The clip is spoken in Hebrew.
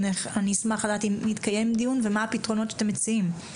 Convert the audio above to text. אשמח לדעת אם התקיים דיון ומה הפתרונות שאתם מציעים.